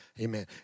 amen